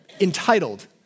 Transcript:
entitled